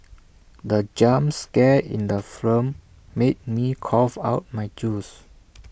the jump scare in the film made me cough out my juice